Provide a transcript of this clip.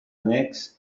annex